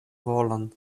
volon